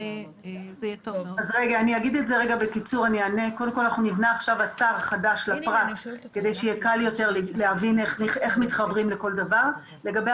את יכולה לפרט על דמי